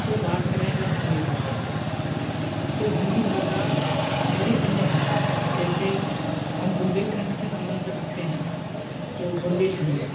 तो बात करें अगर हिंदी भाषा की तो हिंदी भाषा हमारी अन्य भाषाओ जैसे हम बुन्देलखंड से सम्बन्ध रखते हैं तो बुन्देलखंडी